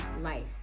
life